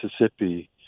Mississippi